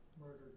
murdered